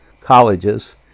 colleges